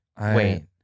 Wait